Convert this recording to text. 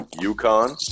Yukon